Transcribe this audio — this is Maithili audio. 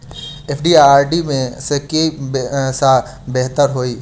एफ.डी आ आर.डी मे केँ सा बेहतर होइ है?